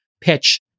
pitch